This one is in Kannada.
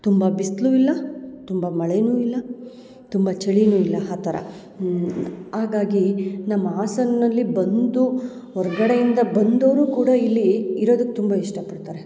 ತುಂಬ ಬಿಸಿಲೂ ಇಲ್ಲ ತುಂಬ ಮಳೆಯೂ ಇಲ್ಲ ತುಂಬ ಚಳಿಯೂ ಇಲ್ಲ ಆ ಥರ ಹಾಗಾಗಿ ನಮ್ಮ ಹಾಸನ್ನಲ್ಲಿ ಬಂದು ಹೊರಗಡೆಯಿಂದ ಬಂದೋರು ಕೂಡ ಇಲ್ಲಿ ಇರೋದಕ್ಕೆ ತುಂಬ ಇಷ್ಟಪಡ್ತಾರೆ